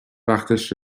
وقتش